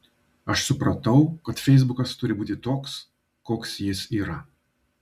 aš supratau kad feisbukas turi būti toks koks jis yra